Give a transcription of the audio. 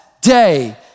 day